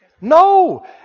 No